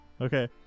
Okay